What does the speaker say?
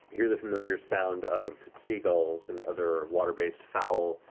hear the familiar sound of seagulls and other water-based fowl,